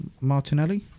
martinelli